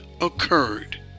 occurred